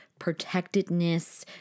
protectedness